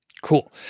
Cool